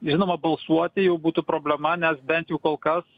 žinoma balsuoti jau būtų problema nes bent jau kol kas